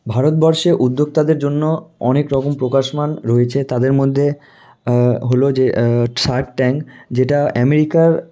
ভারতবর্ষে উদ্যোক্তাদের জন্য অনেক রকম প্রকাশমান রয়েছে তাদের মধ্যে হলো যে শার্ক ট্যাঙ্ক যেটা অ্যামেরিকা